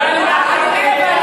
לוועדה למעמד האישה.